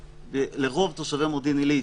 ולרוב תושבי מודיעין עילית,